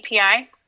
API